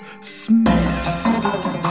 smith